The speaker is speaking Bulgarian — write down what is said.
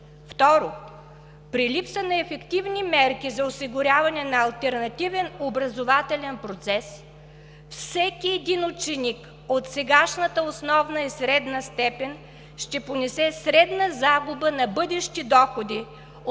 Второ, при липса на ефективни мерки за осигуряване на алтернативен образователен процес всеки ученик от сегашната основна и средна степен ще понесе средна загуба на бъдещи доходи